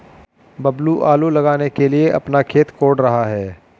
बबलू आलू लगाने के लिए अपना खेत कोड़ रहा है